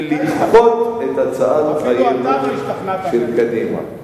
ולדחות את הצעת האי-אמון של קדימה,